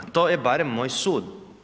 To je barem moj sud.